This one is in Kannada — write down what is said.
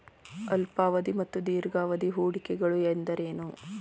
ಅಲ್ಪಾವಧಿ ಮತ್ತು ದೀರ್ಘಾವಧಿ ಹೂಡಿಕೆಗಳು ಎಂದರೇನು?